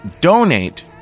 donate